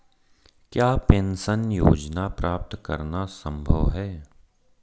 क्या पेंशन योजना प्राप्त करना संभव है?